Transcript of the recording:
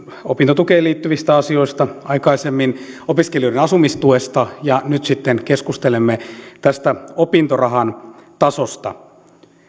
opintotukeen liittyvistä asioista aikaisemmin opiskelijoiden asumistuesta ja nyt sitten keskustelemme tästä opintorahan tasosta